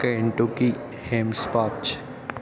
Kentucky हेम्स्पाच